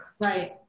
Right